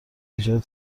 ایجاد